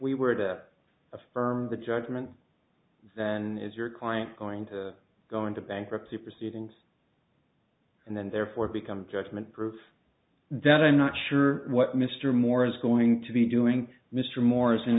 we were to affirm the judgment then is your client going to go into bankruptcy proceedings and then therefore become judgment proof that i'm not sure what mr moore is going to be doing mr morris in